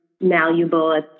malleable